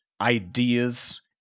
ideas